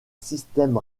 système